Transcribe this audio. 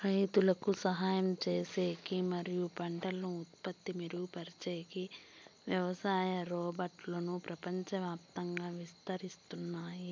రైతులకు సహాయం చేసేకి మరియు పంటల ఉత్పత్తి మెరుగుపరిచేకి వ్యవసాయ రోబోట్లు ప్రపంచవ్యాప్తంగా విస్తరిస్తున్నాయి